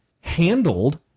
handled